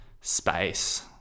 space